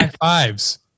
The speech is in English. fives